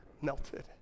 melted